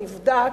נבדק.